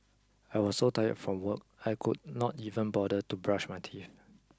I was so tired from work I could not even bother to brush my teeth